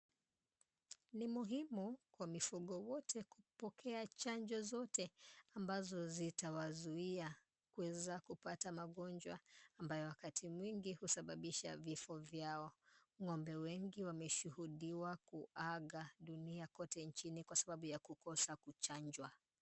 Ni muhimu kwa mifugo wote kupokea chanjo zote ambazo zitawazuia kuweza kupata magonjwa ambayo wakati mwingi husababisha vifo.Ng'ombe wengi wameshuhudiwa kuaga dunia kote nchini kwa sababu ya kukosa kuchanjwa.